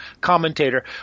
commentator